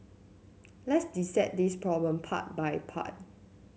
let's dissect this problem part by part